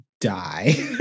die